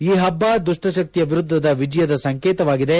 ಈ ಹಬ್ಬ ದುಷ್ಟ ಶಕ್ತಿಯ ವಿರುದ್ಧದ ವಿಜಯದ ಸಂಕೇತವಾಗಿದೆ